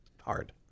hard